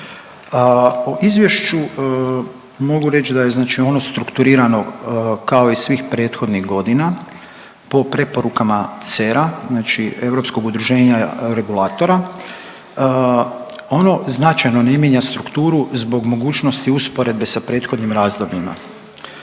O Izvješću mogu reći da je znači ono strukturirano kao i svih prethodnih godina po preporuka CEER-a, znači Europskog udruženja regulatora, ono značajno ne mijenja strukturu zbog mogućnosti usporedbe s prethodnim razdobljima,